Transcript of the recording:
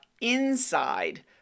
inside